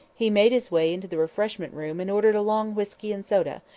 he made his way into the refreshment room and ordered a long whisky and soda,